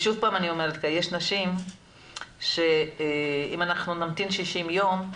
יש נשים שאם נמתין 60 ימים,